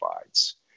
provides